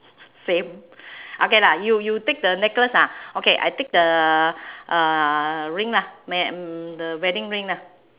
same okay lah you you take the necklace ah okay I take the uh ring lah ma~ the wedding ring lah